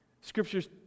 Scriptures